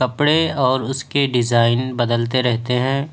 کپڑے اور اس کے ڈیزائن بدلتے رہتے ہیں